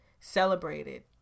celebrated